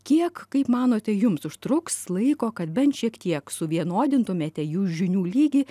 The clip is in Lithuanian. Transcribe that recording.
kiek kaip manote jums užtruks laiko kad bent šiek tiek suvienodintumėte jų žinių lygį